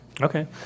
Okay